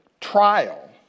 trial